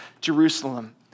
Jerusalem